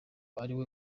ariwe